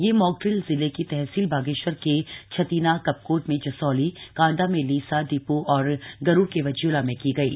यह mock drill जिले की तहसील बागेश्वर के छतीना कपकोट में जसौली कांडा में लीसा डिपो और गरुड़ के वज्यूला में की गयी